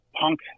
punk